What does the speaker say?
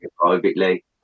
privately